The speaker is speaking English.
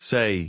Say